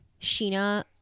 Sheena